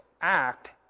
act